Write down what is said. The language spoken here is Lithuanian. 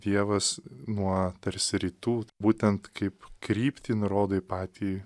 dievas nuo tarsi rytų būtent kaip kryptį nurodo į patį